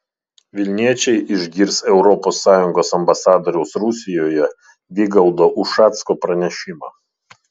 vilniečiai išgirs europos sąjungos ambasadoriaus rusijoje vygaudo ušacko pranešimą